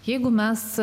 jeigu mes